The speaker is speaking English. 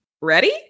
Ready